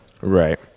right